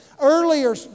Earlier